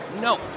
no